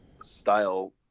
style